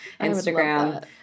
Instagram